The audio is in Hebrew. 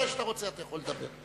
מתי שאתה רוצה אתה יכול לדבר,